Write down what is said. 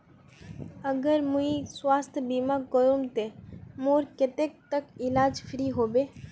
अगर मुई स्वास्थ्य बीमा करूम ते मोर कतेक तक इलाज फ्री होबे?